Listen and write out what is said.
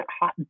hot